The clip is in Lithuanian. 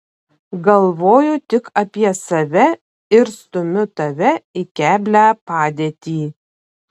galvoju tik apie save ir stumiu tave į keblią padėtį